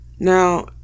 Now